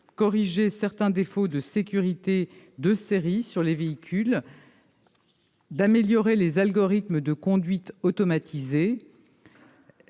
corrigera certains défauts de sécurité de série sur les véhicules et améliorera les algorithmes de conduite automatisée.